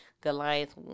Goliath